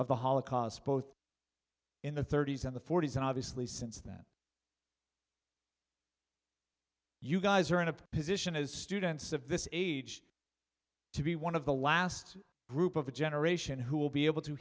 of the holocaust both in the thirty's and the forty's and obviously since then you guys are in a position as students of this age to be one of the last group of a generation who will be able to